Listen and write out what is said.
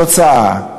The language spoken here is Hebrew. התוצאה,